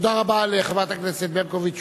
תודה רבה לחברת הכנסת ברקוביץ.